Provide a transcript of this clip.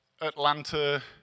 Atlanta